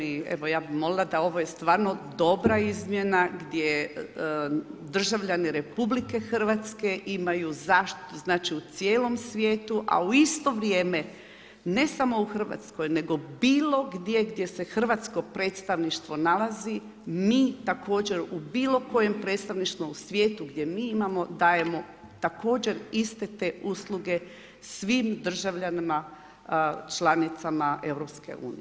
I evo ja bih molila da ovo je stvarno dobra izmjena državljani Republike Hrvatske imaju zaštitu, znači u cijelom svijetu a u isto vrijeme ne samo u Hrvatskoj nego bilo gdje, gdje se hrvatsko predstavništvo nalazi mi također u bilo kojem predstavništvu u svijetu gdje mi dajemo također iste te usluge svim državljanima članicama EU.